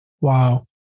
Wow